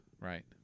right